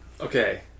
Okay